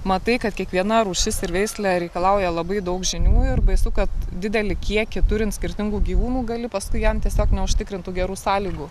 matai kad kiekviena rūšis ir veislė reikalauja labai daug žinių ir baisu kad didelį kiekį turint skirtingų gyvūnų gali paskui jam tiesiog neužtikrint tų gerų sąlygų